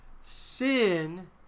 Sin